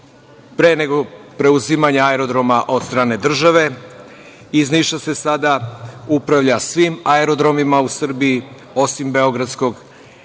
pre preuzimanja aerodroma od strane države, iz Niša se sada upravlja svim aerodromima u Srbiji, osim Beogradskog